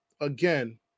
again